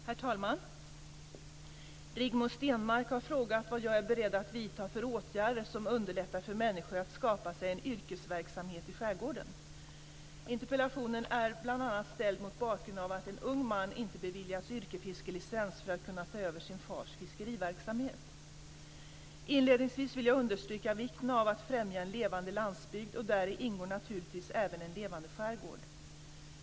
Herr talman! Rigmor Stenmark har frågat vad jag är beredd att vidta för åtgärder som underlättar för människor att skapa sig en yrkesverksamhet i skärgården. Interpellationen är bl.a. ställd mot bakgrund av att en ung man inte beviljats yrkesfiskelicens för att kunna ta över sin fars fiskeriverksamhet. Inledningsvis vill jag understryka vikten av att främja en levande landsbygd, och däri ingår naturligtvis även en levande skärgård.